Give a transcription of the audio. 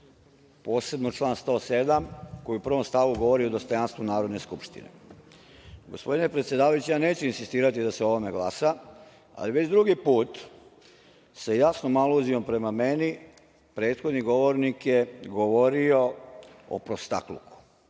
posebno član 107, koji u prvom stavu govori o dostojanstvu Narodne skupštine. Gospodine predsedavajući, ja neću insistirati da se o ovome glasa, ali već drugi put, sa jasnom aluzijom prema meni, prethodni govornik je govorio o prostakluku,